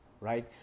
right